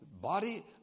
body